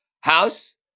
House